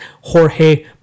Jorge